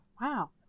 Wow